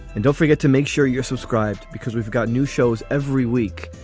and don't forget to make sure you're subscribed because we've got new shows every week.